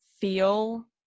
feel